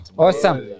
Awesome